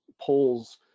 polls